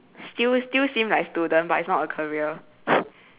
still still seem like student but is not a career